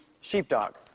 sheepdog